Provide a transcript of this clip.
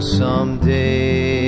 someday